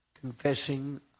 confessing